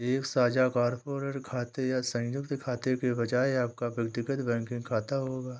एक साझा कॉर्पोरेट खाते या संयुक्त खाते के बजाय आपका व्यक्तिगत बैंकिंग खाता होगा